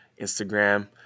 Instagram